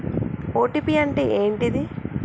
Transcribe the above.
OTP అంటే ఏంటిది?